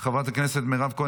חברת הכנסת מירב כהן,